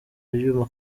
ibyuma